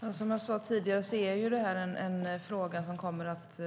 Herr talman! Som jag sa tidigare är detta en fråga som sannolikt